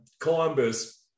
Columbus